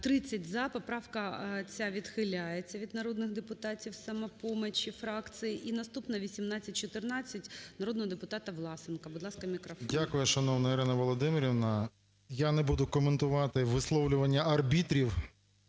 За-30 Поправка ця відхиляється, від народних депутатів "Самопомочі" фракції. І наступна – 1814 народного депутата Власенка. Будь ласка, мікрофон. 13:48:23 ВЛАСЕНКО С.В. Дякую, шановна Ірина Володимирівна. Я не буду коментувати висловлювання арбітрів